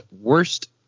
worst